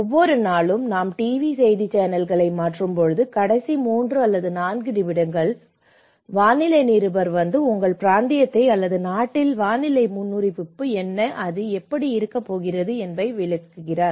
ஒவ்வொரு நாளும் நாம் டிவி செய்தி சேனல்களை மாற்றும்போது கடைசி 3 முதல் 4 நிமிடங்கள் வரை வானிலை நிருபர் வந்து உங்கள் பிராந்தியத்தை அல்லது நாட்டில் வானிலை முன்னறிவிப்பு என்ன அது எப்படி இருக்கப் போகிறது என்பதை விளக்குகிறது